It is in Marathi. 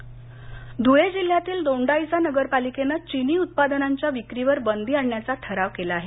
बहिष्कार ध्रळे जिल्ह्यातील दोंडाईचा नगरपालिकेनं चीनी उत्पादनांच्या विक्रीवर बंदी आणण्याचा ठराव केला आहे